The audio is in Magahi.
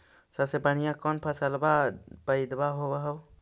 सबसे बढ़िया कौन फसलबा पइदबा होब हो?